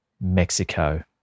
Mexico